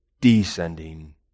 descending